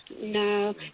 No